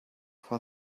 for